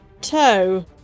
toe